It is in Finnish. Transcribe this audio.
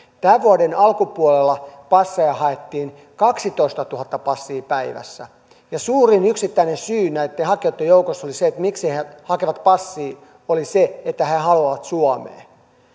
tämän vuoden alkupuolella passeja haettiin kaksitoistatuhatta passia päivässä suurin yksittäinen syy näitten hakijoitten joukossa miksi he hakivat passia oli se että he haluavat suomeen